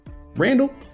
Randall